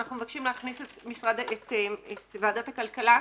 אנחנו מבקשים להכניס את ועדת הכלכלה,